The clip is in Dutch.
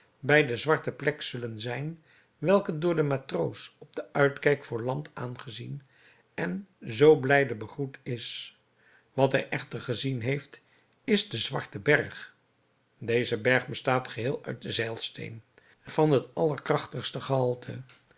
bij de zwarte plek zullen zijn welke door den matroos op den uitkijk voor land aangezien en zoo blijde begroet is wat hij echter gezien heeft is de zwarte berg deze berg bestaat geheel uit zeilsteen van het allerkrachtigste gehalte